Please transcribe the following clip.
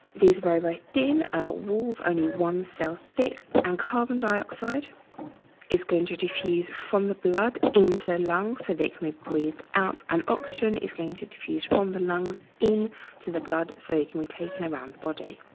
these very, very thin ah walls only one cell thick and carbon dioxide is going to diffuse from the blood into lungs so they can be breathed out and oxygen is going to diffuse from the lungs in to the blood so you can we take it around the body.